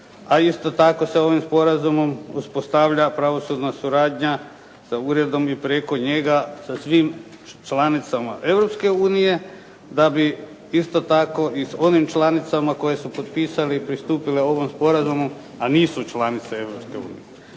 A isto tako se ovim sporazumom uspostavlja pravosudna suradnja sa uredom i preko njega sa svim članicama Europske unije da bi isto tako i s onim članicama koje su potpisale i pristupile ovom sporazumu, a nisu članice